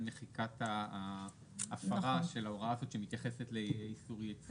מחיקת ההפרה של ההוראה הזאת שמתייחסת לאיסור יצוא.